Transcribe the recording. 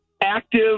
active